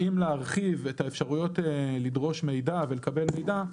האם להרחיב את האפשרות לדרוש מידע ולקבל מידע,